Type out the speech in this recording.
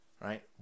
Right